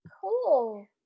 Cool